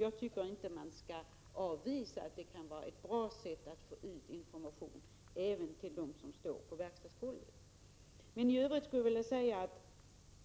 Jag tycker inte man skall avvisa att det kan vara ett bra sätt att få ut information även till dem som står på verkstadsgolvet.